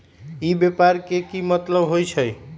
ई व्यापार के की मतलब होई छई?